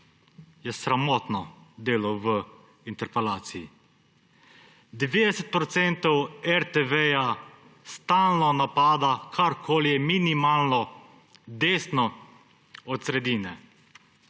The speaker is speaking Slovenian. je sramotno delo v interpelaciji. 90 % RTV-ja stalno napada, karkoli je minimalno desno od sredine.